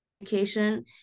education